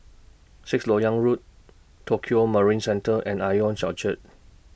Sixth Lok Yang Road Tokio Marine Centre and Ion Orchard